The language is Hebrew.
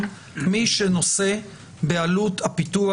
חברות הקדישא הן אלו שנושאות בעלות הפיתוח.